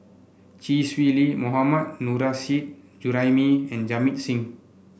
Chee Swee Lee Mohammad Nurrasyid Juraimi and Jamit Singh